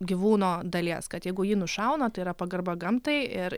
gyvūno dalies kad jeigu jį nušauna tai yra pagarba gamtai ir